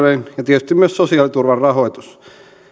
ja tietysti myös sosiaaliturvan rahoitus